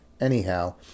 Anyhow